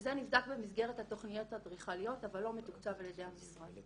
שזה נבדק במסגרת התוכניות האדריכליות אבל לא מתוקצב על ידי המשרד.